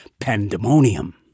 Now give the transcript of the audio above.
pandemonium